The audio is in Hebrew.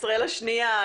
ישראל השנייה,